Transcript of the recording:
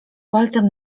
palcem